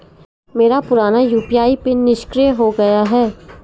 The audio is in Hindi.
मेरा पुराना यू.पी.आई पिन निष्क्रिय हो गया है